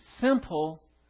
simple